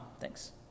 Thanks